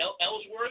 Ellsworth